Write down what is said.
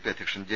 P അധ്യക്ഷൻ J